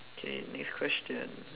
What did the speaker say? okay next question